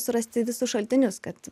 surasti visus šaltinius kad